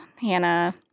Hannah